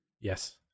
Yes